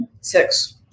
Six